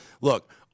Look